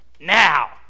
now